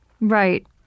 Right